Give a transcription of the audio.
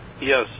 Yes